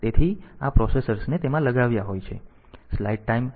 તેથી આ પ્રોસેસર્સને તેમાં લગાવ્યા હોય છે